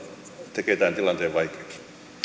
tekee tämän tilanteen vaikeaksi